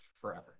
forever